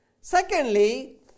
Secondly